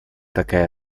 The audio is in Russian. такая